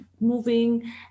moving